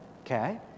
okay